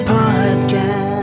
Podcast